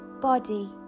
Body